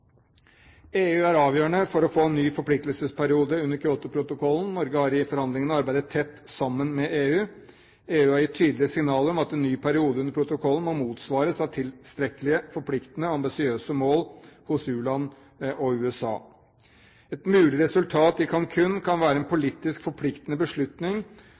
EU er avgjørende for å få en ny forpliktelsesperiode under Kyotoprotokollen. Norge har i forhandlingene arbeidet tett sammen med EU. EU har gitt tydelige signaler om at en ny periode under protokollen må motsvares av tilstrekkelige forpliktende, ambisiøse mål hos u-land og USA. Et mulig resultat i Cancún kan være en politisk forpliktende beslutning